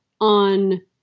on